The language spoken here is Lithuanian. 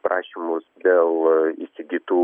prašymus dėl įsigytų